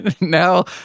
now